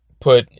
put